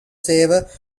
saver